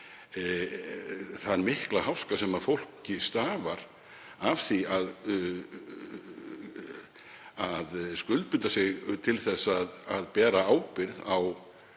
þann mikla háska sem fólki stafar af því að skuldbinda sig til að bera ábyrgð á